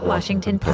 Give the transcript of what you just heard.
Washington